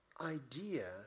idea